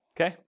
Okay